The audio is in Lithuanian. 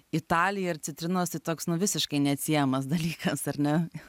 italija ir citrinos tai toks nu visiškai neatsiejamas dalykas ar ne